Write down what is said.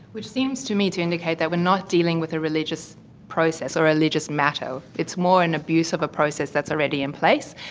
which seems to me to indicate that we are not dealing with a religious process or a religious matter, it's more an abuse of a process that is already in place,